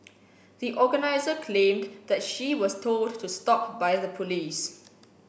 the organiser claimed that she was told to stop by the police